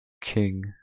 King